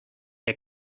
der